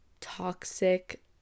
toxic